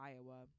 Iowa